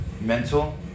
mental